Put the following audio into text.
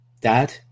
Dad